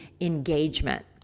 engagement